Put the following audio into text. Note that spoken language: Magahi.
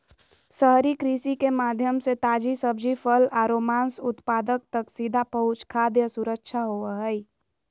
शहरी कृषि के माध्यम से ताजी सब्जि, फल आरो मांस उत्पाद तक सीधा पहुंच खाद्य सुरक्षा होव हई